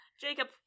Jacob